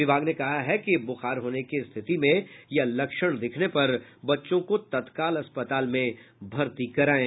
विभाग ने कहा है कि बुखार होने की स्थिति में या लक्षण दिखने पर बच्चों को तत्काल अस्पताल में भर्ती कराये